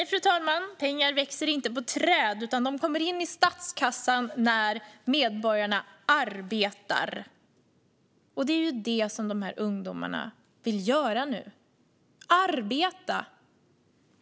Fru talman! Nej, pengar växer inte på träd, utan de kommer in i statskassan när medborgarna arbetar. Och det är det dessa ungdomar vill göra nu: arbeta.